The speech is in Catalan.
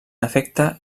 efecte